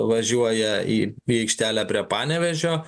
važiuoja į į aikštelę prie panevėžio